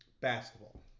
Basketball